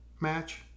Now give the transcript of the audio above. match